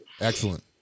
Excellent